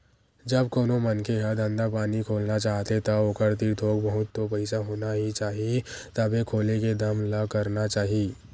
जब कोनो मनखे ह धंधा पानी खोलना चाहथे ता ओखर तीर थोक बहुत तो पइसा होना ही चाही तभे खोले के दम ल करना चाही